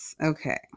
Okay